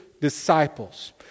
disciples